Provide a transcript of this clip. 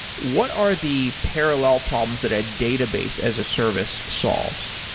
what are the parallel problems that a database as a service solves?